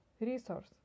resource